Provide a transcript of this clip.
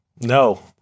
No